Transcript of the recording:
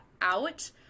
out